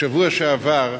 בשבוע שעבר,